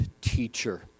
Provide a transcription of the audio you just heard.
teacher